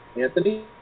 Anthony